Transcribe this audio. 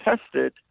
tested